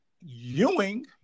Ewing